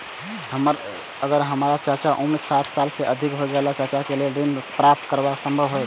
अगर हमर चाचा के उम्र साठ साल से अधिक या ते हमर चाचा के लेल ऋण प्राप्त करब संभव होएत?